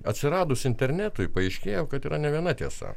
atsiradus internetui paaiškėjo kad yra ne viena tiesa